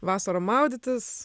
vasarą maudytis